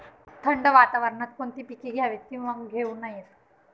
थंड वातावरणात कोणती पिके घ्यावीत? किंवा घेऊ नयेत?